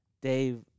Dave